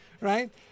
right